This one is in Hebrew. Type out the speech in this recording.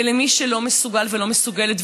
ולמי שלא מסוגל ולא מסוגלת,